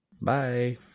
Bye